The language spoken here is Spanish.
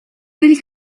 del